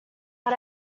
but